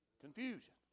Confusion